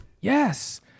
Yes